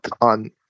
on